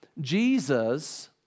Jesus